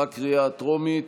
בקריאה הטרומית.